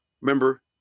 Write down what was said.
remember